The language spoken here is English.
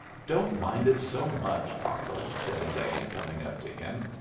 don't mind it so much papa, said elaine, coming up to him.